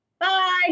Bye